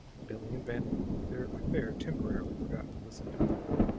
billie and van emmon, their affair temporarily forgotten, listened eagerly.